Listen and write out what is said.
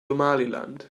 somaliland